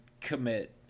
commit